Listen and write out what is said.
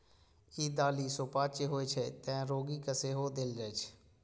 ई दालि सुपाच्य होइ छै, तें रोगी कें सेहो देल जाइ छै